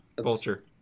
Vulture